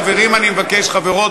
חברים, אני מבקש, חברות,